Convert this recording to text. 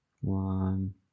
One